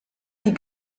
die